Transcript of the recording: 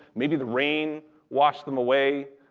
maybe the rain washed them away,